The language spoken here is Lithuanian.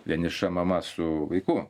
vieniša mama su vaiku